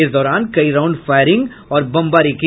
इस दौरान कई राउंड फायरिंग और बमबारी की